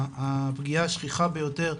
הפגיעה השכיחה ביותר,